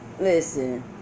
listen